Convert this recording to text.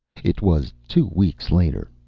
it was two weeks later.